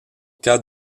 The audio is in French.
cas